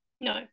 no